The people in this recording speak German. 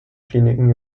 kliniken